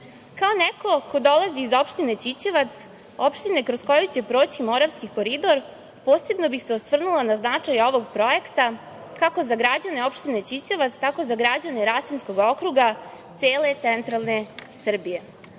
neko ko dolazi iz opštine Ćićevac, opštine kroz koju će proći Moravski koridor posebno bih se osvrnula na značaj ovog projekta kako za građane opštine Ćićevac, tako za građane Rasinskog okruga, cele centralne Srbije. Ovo